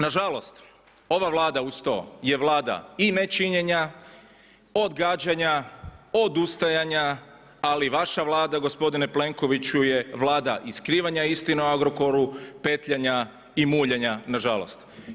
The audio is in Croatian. Na žalost ova Vlada uz to je Vlada i nečinjenja, odgađanja, odustajanja ali vaša Vlada gospodine Plenkoviću je Vlada i skrivanja istine o Agrokoru, petljanja i muljanja na žalost.